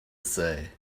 say